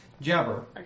Jabber